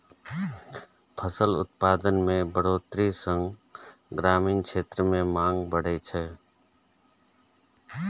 फसल उत्पादन मे बढ़ोतरी सं ग्रामीण क्षेत्र मे मांग बढ़ै छै